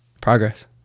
progress